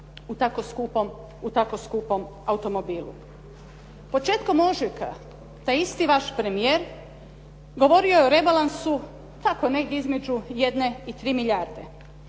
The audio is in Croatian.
u tako skupom automobilu. Početkom ožujka taj isti vaš premijer govorio je o rebalansu, negdje između 1 i 3 milijarde,